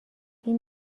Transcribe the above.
این